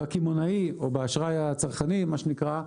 בקמעונאי או באשראי הצרכני, מה שנקרא,